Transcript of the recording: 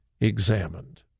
examined